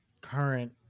current